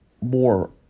more